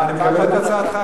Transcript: אני מקבל את הצעתך,